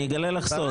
אני אגלה לך סוד.